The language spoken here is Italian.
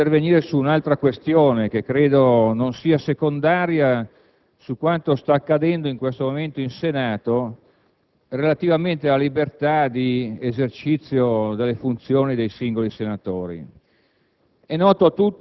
Vorrei però intervenire su un'altra questione che credo non sia secondaria, e cioè su quanto sta accadendo in questo momento in Senato relativamente alla libertà di esercizio delle funzioni dei singoli senatori.